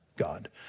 God